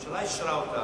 שהממשלה אישרה אותה,